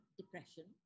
depression